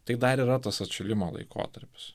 tai dar yra tas atšilimo laikotarpis